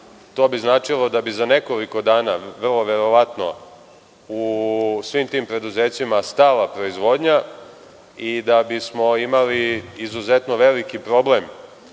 To bi značilo da bi za nekoliko dana, vrlo verovatno, u svim tim preduzećima stala proizvodnja i da bismo imali izuzetno veliki problem